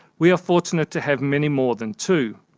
we are fortunate to have many more than two.